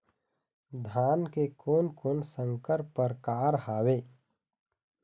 धान के कोन कोन संकर परकार हावे?